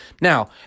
Now